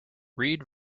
read